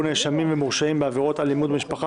נאשמים ומורשעים בעבירות אלימות במשפחה),